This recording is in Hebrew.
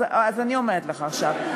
אז אני אומרת לך עכשיו.